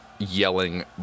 yelling